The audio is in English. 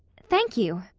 thank you,